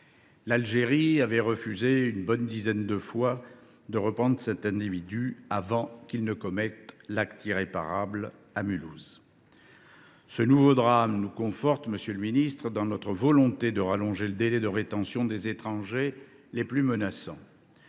L’Algérie avait refusé une bonne dizaine de fois de reprendre cet individu avant qu’il ne commette l’irréparable à Mulhouse. Monsieur le ministre, ce nouveau drame nous conforte dans notre volonté d’allonger le délai de rétention des étrangers les plus menaçants.